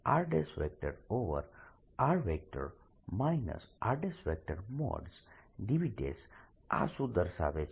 આ શું દર્શાવે છે